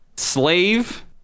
slave